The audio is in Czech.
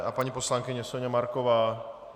A paní poslankyně Soňa Marková?